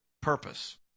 purpose